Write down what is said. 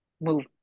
move